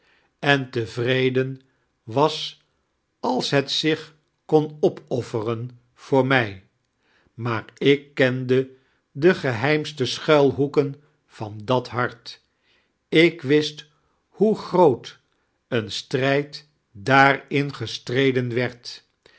en tevreden was als het zsch kon opoffeinen voor mij maar ik kendie de geheimisitie schnilhoekeni van dat hart i ik wist hoe groot een strijd daarin gestreden werd